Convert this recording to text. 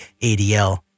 ADL